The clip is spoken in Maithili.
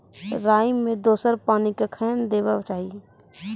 राई मे दोसर पानी कखेन देबा के चाहि?